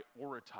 prioritize